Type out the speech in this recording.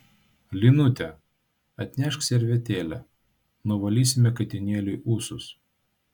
linute atnešk servetėlę nuvalysime katinėliui ūsus